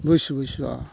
বুজিছো বুজিছো অ'